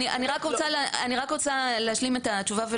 התוצאה היא